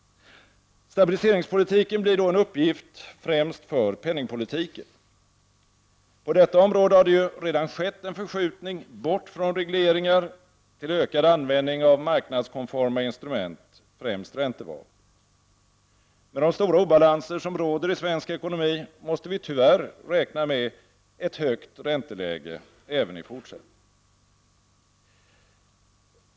Stabiliseringspolitiken blir då en uppgift främst för penningpolitiken. På detta område har det redan skett en förskjutning bort från regleringar till ökad användning av marknadskonforma instrument, främst räntevapnet. Med de stora obalanser som råder i svensk ekonomi måste vi tyvärr räkna med ett högt ränteläge även i fortsättningen.